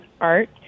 art